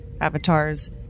avatars